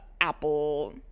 Apple